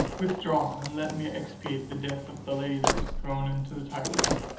withdraw, and let me expiate the death of the lady that was thrown into the tigris.